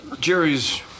Jerry's